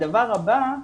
הדבר הבא.